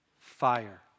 fire